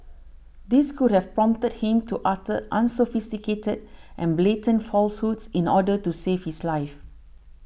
this could have prompted him to utter unsophisticated and blatant falsehoods in order to save his life